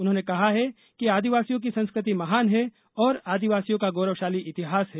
उन्होंने कहा है कि आदिवासियों की संस्कृति महान है और आदिवासियों का गौरवशाली इतिहास है